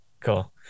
cool